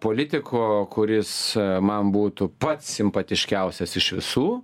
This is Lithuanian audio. politiko kuris man būtų pats simpatiškiausias iš visų